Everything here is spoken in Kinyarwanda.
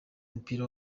w’umupira